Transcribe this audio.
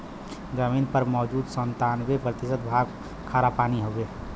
जमीन पर मौजूद सत्तानबे प्रतिशत भाग खारापानी हउवे